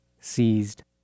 Seized